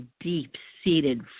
deep-seated